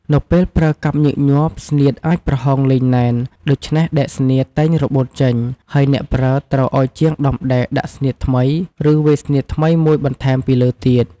នៅពេលប្រើកាប់ញឹកញាប់ ស្នៀតអាចប្រហោងលែងណែន ដូច្នេះដែកស្នៀតតែងរបូតចេញ ហើយអ្នកប្រើត្រូវឲ្យជាងដំដែកដាក់ស្នៀតថ្មី ឬវាយស្នៀតថ្មីមួយបន្ថែមពីលើទៀត ។